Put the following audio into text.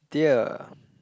dear